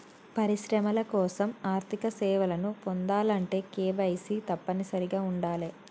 పరిశ్రమల కోసం ఆర్థిక సేవలను పొందాలంటే కేవైసీ తప్పనిసరిగా ఉండాలే